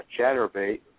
chatterbait